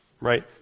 right